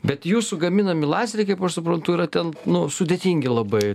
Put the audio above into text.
bet jūsų gaminami lazeriai kaip aš suprantu yra ten nu sudėtingi labai